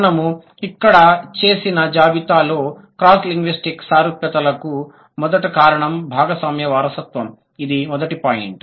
మనము ఇక్కడ చేసిన జాబితాలో క్రాస్ లింగ్విస్టిక్ సారూప్యతలకు మొదటి కారణం భాగస్వామ్య వారసత్వం ఇది మొదటి పాయింట్